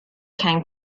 came